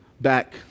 back